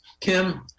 Kim